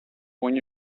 where